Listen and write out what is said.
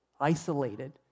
isolated